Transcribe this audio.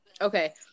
Okay